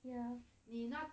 ya